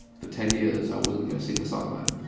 for ten years, i wasn't going to see the sunlight.